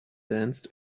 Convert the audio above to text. danced